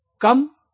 come